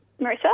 Marissa